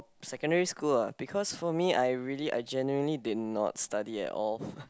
secondary school lah because for me I really I genuinely did not study at all